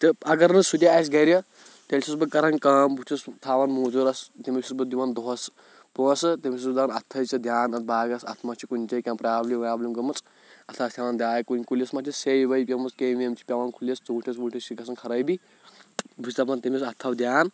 تہِ اگر نہٕ سُہ تہِ آسہِ گَرِ تیٚلہِ چھُس بہٕ کَران کٲم بہٕ چھُس تھَوان موزوٗرَس تیٚمِس چھُس بہٕ دِوان دۄہَس پونٛسہٕ تیٚمِس چھُس بہٕ دَپان اَتھ تھٔوزِ ژٕ دھیان اَتھ باغس اَتھ ما چھِ کُنہِ جاے کانٛہہ پرٛابلِم ورٛابلِم گٔمٕژ اَتھ آس تھَوان داے کُنہِ کُلِس مَا چھِ سیٚیہِ ؤیہِ پیٚمٕژ کیٚمۍ ویٚمۍ چھِ پٮ۪وان کُلِس ژوٗنٛٹِس ووٗنٛٹِس چھِ گژھان خرٲبی بہٕ چھُس دَپان تیٚمِس اَتھ تھَو دھیان